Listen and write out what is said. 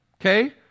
okay